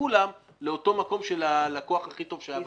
כולם לאותו מקום של הלקוח הכי טוב שהיה בבנק.